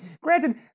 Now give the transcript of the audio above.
Granted